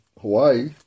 Hawaii